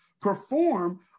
perform